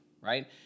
right